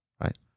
right